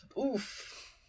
Oof